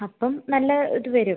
അപ്പം നല്ല ഇത് വരും